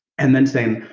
and then saying,